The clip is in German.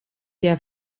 der